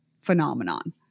phenomenon